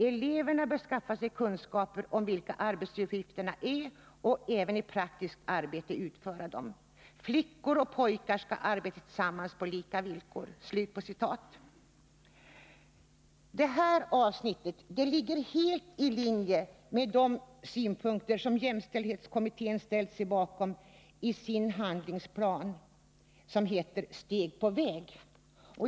Eleverna bör skaffa sig kunskaper om vilka arbetsuppgifterna är och i praktiskt arbete utföra dem. Flickor och pojkar skall arbeta tillsammans på lika villkor.” Detta ligger helt i linje med de synpunkter som jämställdhetskommittén ställt sig bakom i sin handlingsplan, som heter Steg på väg.